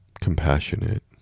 compassionate